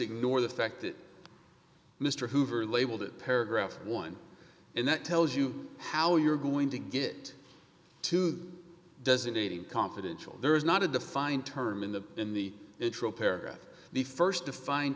ignore the fact that mr hoover labeled it paragraph one and that tells you how you're going to get two dozen eighty confidential there is not a defined term in the in the intro paragraph the st defined